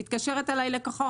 מתקשרת אליי לקוחה,